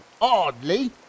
oddly